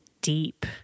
deep